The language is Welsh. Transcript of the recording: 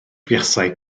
fuasai